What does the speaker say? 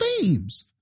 themes